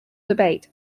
debate